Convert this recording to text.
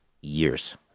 years